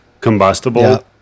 combustible